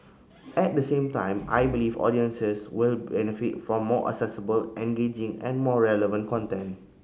at the same time I believe audiences will benefit from more accessible engaging and more relevant content